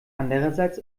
andererseits